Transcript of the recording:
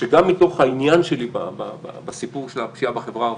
שגם מתוך העניין שלי בסיפור של הפשיעה בחברה הערבית,